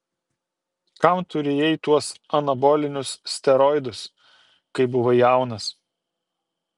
kam tu rijai tuos anabolinius steroidus kai buvai jaunas